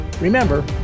remember